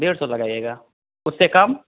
डेढ़ सौ लगाइएगा उससे कम